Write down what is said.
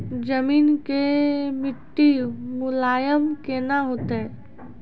जमीन के मिट्टी मुलायम केना होतै?